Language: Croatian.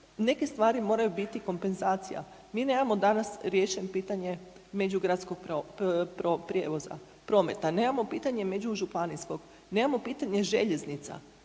neke stvari moraju biti kompenzacija. Mi nemamo danas riješeno pitanje međugradskog prijevoza, prometa, nemamo pitanje međužupanijskog, nemamo pitanje željeznica.